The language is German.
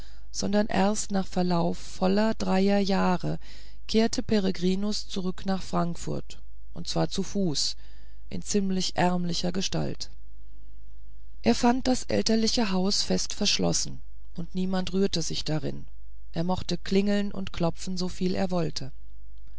sondern erst nach verlauf voller dreier jahre kehrte peregrinus zurück nach frankfurt und zwar zu fuß in ziemlich ärmlicher gestalt er fand das elterliche haus fest verschlossen und niemand rührte sich darin er mochte klingeln und klopfen so viel er wollte